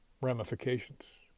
ramifications